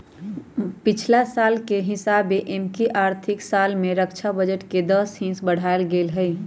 पछिला साल के हिसाबे एमकि आर्थिक साल में रक्षा बजट में दस हिस बढ़ायल गेल हइ